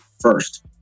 first